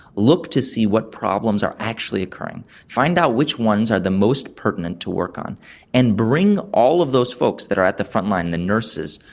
look to see what problems are actually occurring, find out which ones are the most pertinent to work on and bring all of those folks that are at the front-line, the nurses,